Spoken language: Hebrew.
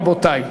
רבותי.